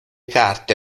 carte